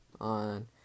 on